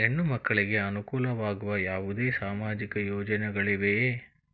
ಹೆಣ್ಣು ಮಕ್ಕಳಿಗೆ ಅನುಕೂಲವಾಗುವ ಯಾವುದೇ ಸಾಮಾಜಿಕ ಯೋಜನೆಗಳಿವೆಯೇ?